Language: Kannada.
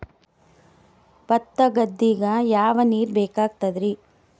ಭತ್ತ ಗದ್ದಿಗ ಯಾವ ನೀರ್ ಬೇಕಾಗತದರೀ?